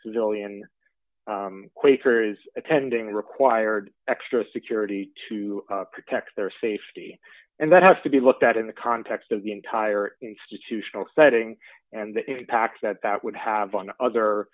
civilian quakers attending required extra security to protect their safety and that has to be looked at in the context of the entire institutional setting and the impact that that would have on other